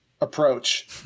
approach